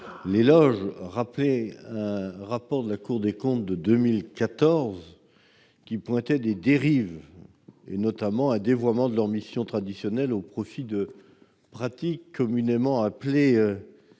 même rappeler le rapport de la Cour des comptes de 2014, qui pointait des dérives, notamment un dévoiement de leurs missions traditionnelles au profit de pratiques communément appelées